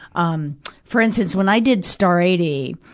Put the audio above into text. um for instance, when i did star eighty,